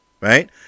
Right